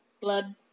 Blood